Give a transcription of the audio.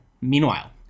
meanwhile